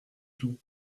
tout